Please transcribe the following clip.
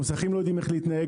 מוסכים לא יודעים איך להתנהג.